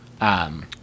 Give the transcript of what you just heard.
um-